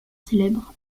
célèbre